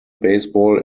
baseball